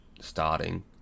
starting